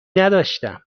نداشتم